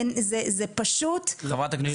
זה פשוט --- חברת הכנסת השכל,